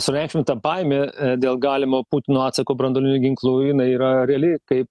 sureikšminta baimė dėl galimo putino atsako branduoliniu ginklu jinai yra reali kai